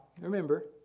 remember